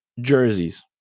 jerseys